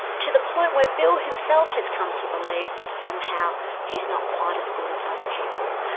to the point where bill himself has come to believe that somehow he's not quite as good as other people.